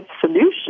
solution